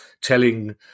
telling